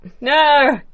no